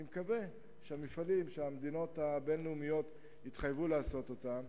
אני מקווה שהמפעלים שמדינות אחרות התחייבו להקמתם,